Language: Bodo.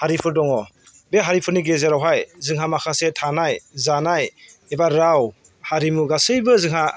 हारिफोर दङ बे हारिफोरनि गेजेरावहाय जोंहा माखासे थानाय जानाय एबा राव हारिमु गासैबो जोंहा